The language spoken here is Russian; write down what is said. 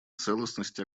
целостности